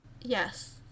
Yes